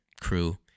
crew